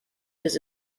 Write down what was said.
his